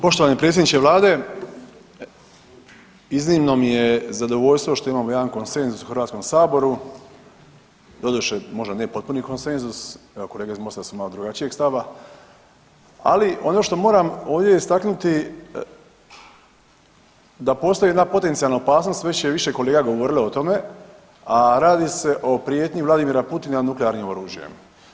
Poštovani predsjedniče vlade iznimno mi je zadovoljstvo što imamo jedan konsenzus u Hrvatskom saboru, doduše možda nije potpuni konsenzus, evo kolege iz MOST-a su malo drugačijeg stava, ali ono što moram ovdje istaknuti da postoji jedna potencijalna opasnost, već je više kolega govorilo o tome, a radi se o prijetnji Vladimira Putina nuklearnim oružjem.